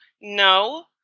no